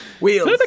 Wheels